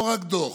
לא רק דוח.